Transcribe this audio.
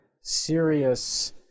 serious